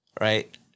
Right